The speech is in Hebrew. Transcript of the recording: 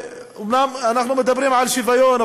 אומנם אנחנו מדברים על שוויון,